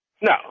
No